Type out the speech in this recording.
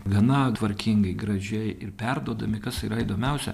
gana tvarkingai gražiai ir perduodami kas yra įdomiausia